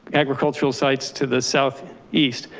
agricultural sites to the south east,